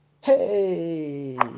Hey